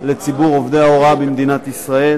לציבור עובדי ההוראה במדינת ישראל,